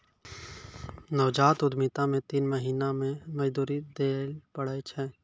नवजात उद्यमिता मे तीन महीना मे मजदूरी दैल पड़ै छै